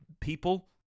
people